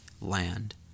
land